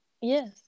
Yes